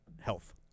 health